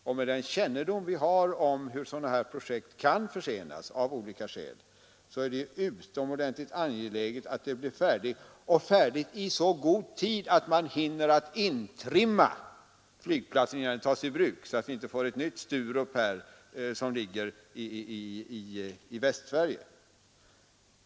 Och med kännedom om hur projekt av detta slag av olika orsaker kan försenas är det utomordentligt angeläget att flygplatsen blir färdig — och färdig i så god tid att man hinner trimma in verksamheten innan flygplatsen tas i bruk, så att vi inte får ett nytt Sturup, denna gång i Västsverige.